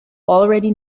already